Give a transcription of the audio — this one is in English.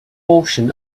portion